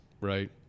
right